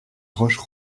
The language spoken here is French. roches